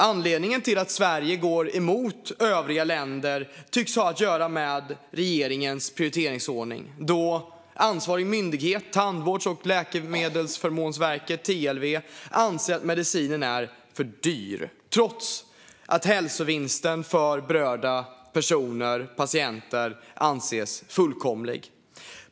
Anledningen till att Sverige går emot övriga länder tycks ha att göra med regeringens prioriteringsordning, då ansvarig myndighet, Tandvårds och läkemedelsförmånsverket, TLV, anser att medicinen är för dyr trots att hälsovinsten för berörda patienter anses fullkomlig.